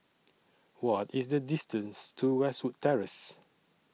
What IS The distance to Westwood Terrace